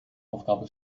aufgabe